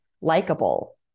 likable